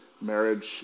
marriage